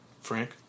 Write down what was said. Frank